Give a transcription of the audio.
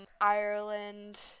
Ireland